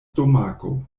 stomako